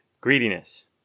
greediness